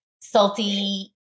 salty